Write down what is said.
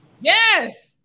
yes